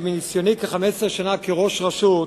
שמניסיוני כראש רשות